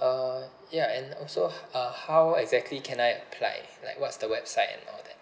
uh ya and also h~ uh how exactly can I apply like what's the website and all that